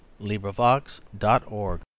LibriVox.org